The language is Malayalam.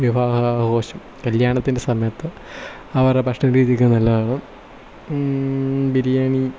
വിവാഹ ആഘോഷം കല്യാണത്തിൻ്റെ സമയത്തു അവരുടെ ഭക്ഷണ രീതിയൊക്കെ നല്ലതാണ് ബിരിയാണി